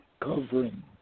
covering